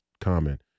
comment